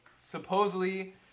supposedly